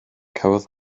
cafodd